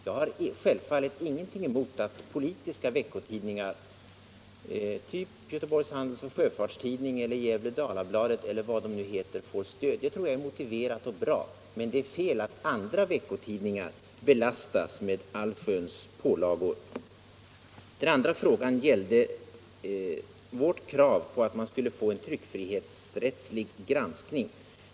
Jag har självfallet ingenting emot att politiska veckotidningar av typen Göteborgs Handelsoch Sjöfarts-Tidning eller Gävle-Dalabygden får stöd — det tror jag är motiverat och bra — men det är fel att andra veckotidningar belastas med allsköns pålagor. Den andra frågan gällde vårt krav på en tryckfrihetsrättslig granskning.